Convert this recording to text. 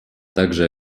также